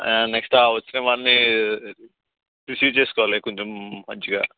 next ఆ వచ్చిన వాళ్ళని రిసీవ్ చేసుకోవాలి కొంచెం మంచిగా